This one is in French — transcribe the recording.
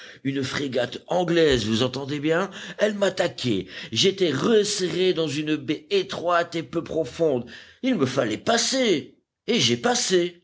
une frégate anglaise vous entendez bien elle m'attaquait j'étais resserré dans une baie étroite et peu profonde il me fallait passer et j'ai passé